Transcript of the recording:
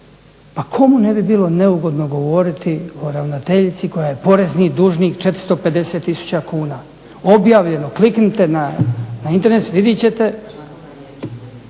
Pa kome ne bi bilo neugodno govoriti o ravnateljici koja je porezni dužnik 450 tisuća kuna? Objavljeno, kliknite na internet, vidjet ćete.